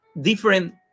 different